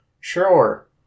sure